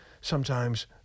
sometimes